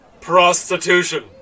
prostitution